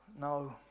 No